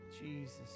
Jesus